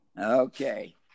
okay